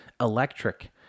electric